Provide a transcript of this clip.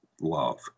love